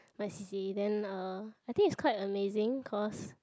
my c_c_a then uh I think it's quite amazing cause